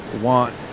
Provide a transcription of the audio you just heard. want